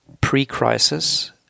pre-crisis